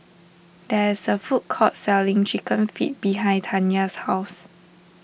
there is a food court selling Chicken Feet behind Tanya's house